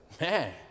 Man